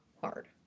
hard